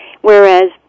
whereas